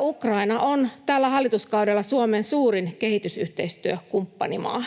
Ukraina on tällä hallituskaudella Suomen suurin kehitysyhteistyökumppanimaa.